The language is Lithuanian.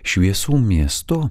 šviesų miestu